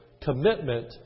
commitment